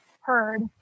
heard